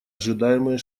ожидаемые